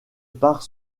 part